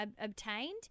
obtained